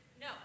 no